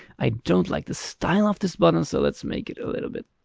i don't like the style of this button. so let's make it a little bit.